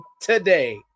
today